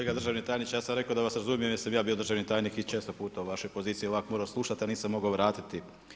Kolega državni tajniče, ja sam rekao, da vas razumijem, jer sam i ja bio državni tajnik i često puta u vašoj poziciji, ovako morao slušati, a nisam mogao vratiti.